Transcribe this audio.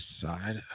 side